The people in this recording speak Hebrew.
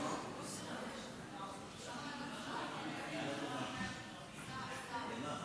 של חברת הכנסת בכניסה.